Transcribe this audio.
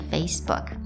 Facebook